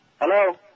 Hello